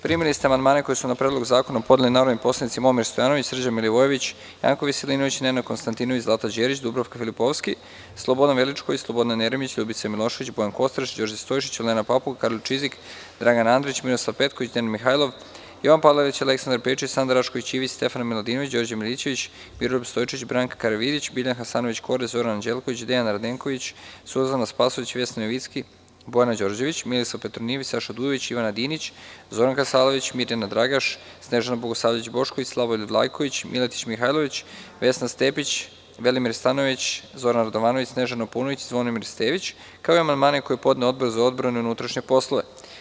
Primili ste amandmane koje su na Predlog zakona podneli narodni poslanici: Momir Stojanović, Srđan Milivojević, Janko Veselinović, Nenad Konstantinović, Zlata Đerić, Dubravka Filipovski, Slobodan Veličković, Slobodan Jeremić, Ljubica Milošević, Bojan Kostreš, Đorđe Stojišić, Olena Papuga, Karolj Čizik, Dragan Andrić, Miroslav Petković, Dejan Mihajlov, Jovan Palalić, Aleksandar Pejčić, Sanda Rašković Ivić, Stefana Miladinović, Đorđe Milićević, Miroljub Stojčić, Branka Karavidić, Biljana Hasanović Korać, Zoran Anđelković, Dejan Radenković, Suzana Spasojević, Vesna Jovicki, Bojana Đorđević, Milisav Petronijević, Saša Dujović, Ivana Dinić, Zoran Kasalović, Mirjana Dragaš, Snežana Bogosavljević Bošković, Slavoljub Vlajković, Miletić Mihajlović, Vesna Stepić, Velimir Stanojević, Zoran Radovanović, Snežana Paunović i Zvonimir Stević, kao i amandmane koje je podneo Odbor za odbranu i unutrašnje poslove.